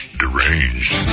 deranged